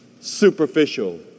superficial